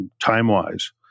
time-wise